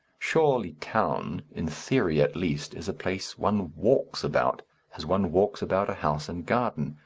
surely town, in theory at least, is a place one walks about as one walks about a house and garden,